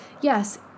yes